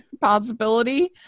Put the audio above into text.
possibility